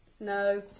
No